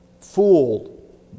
fooled